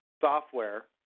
software